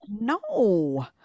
No